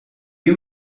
you